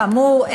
כאמור,